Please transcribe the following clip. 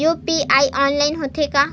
UPI online होथे का?